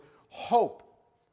hope